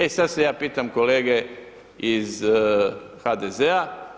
E sad se ja pitam, kolege iz HDZ-a.